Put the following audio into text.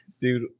dude